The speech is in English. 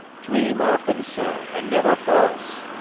dream often so, and never false.